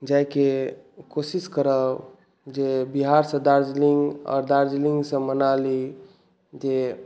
जाएकेँ कोशिश करब जे बिहारसँ दार्जलिंग और दार्जलिंगसँ मनाली जे